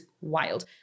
wild